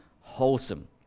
wholesome